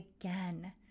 again